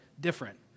different